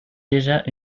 déjà